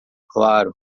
claro